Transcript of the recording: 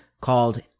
called